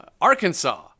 Arkansas